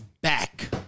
back